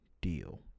deal